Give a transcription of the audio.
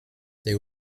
they